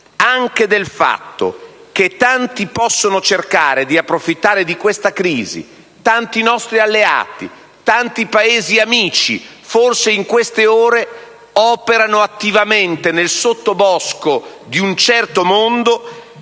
anche del fatto che tanti possono cercare di approfittare di questa crisi: tanti nostri alleati, tanti Paesi amici, forse in queste ore operano attivamente nel sottobosco di un certo mondo